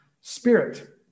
spirit